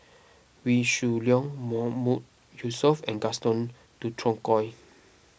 Wee Shoo Leong Mahmood Yusof and Gaston Dutronquoy